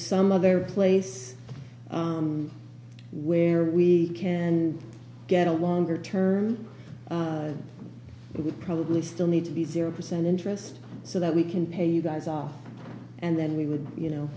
some other place where we can get a longer term we would probably still need to the zero percent interest so that we can pay you guys off and then we would you know